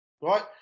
Right